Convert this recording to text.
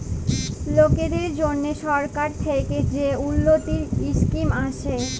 লকদের জ্যনহে সরকার থ্যাকে যে উল্ল্যতির ইসকিম আসে